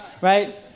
right